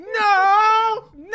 no